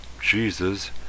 Jesus